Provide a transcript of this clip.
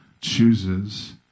chooses